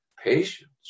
Patience